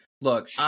look